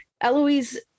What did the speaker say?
Eloise